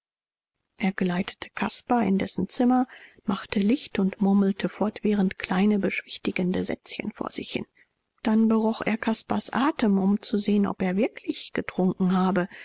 er geleitete caspar in dessen zimmer machte licht und murmelte fortwährend kleine beschwichtigende sätzchen vor sich hin dann beroch er caspars atem um zu sehen ob er wirklich getrunken habe